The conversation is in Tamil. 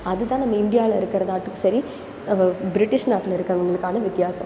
அது தான் நம்ம இண்டியாவில் இருக்கிறதாகட்டும் சரி பிரிட்டிஷ் நாட்டில் இருக்கிறவங்களுக்கான வித்தியாசம்